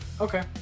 Okay